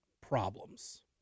problems